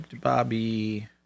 Bobby